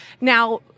Now